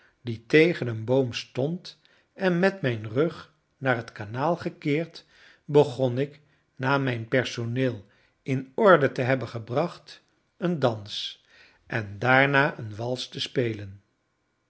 die tegen een boom stond en met mijn rug naar het kanaal gekeerd begon ik na mijn personeel in orde te hebben gebracht een dans en daarna een wals te spelen